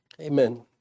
amen